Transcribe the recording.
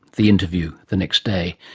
the interview, the next day.